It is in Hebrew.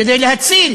כדי להציל